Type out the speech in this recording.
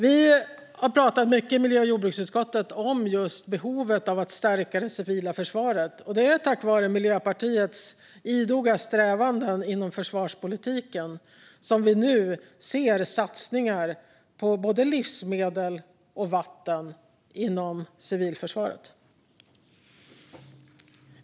Vi har pratat mycket i miljö och jordbruksutskottet om just behovet av att stärka det civila försvaret, och det är tack vare Miljöpartiets idoga strävan inom försvarspolitiken som vi nu ser satsningar på både livsmedel och vatten inom civilförsvaret.